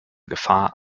gefahr